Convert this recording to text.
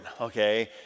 okay